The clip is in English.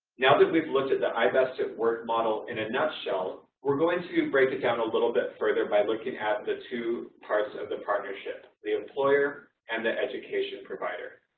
now that we've looked at the i-best at work model in a nutshell, we are going to and break it down a little bit further by looking at the two parts of the partnership the employer and the education provider.